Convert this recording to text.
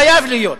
חייב להיות.